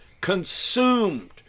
consumed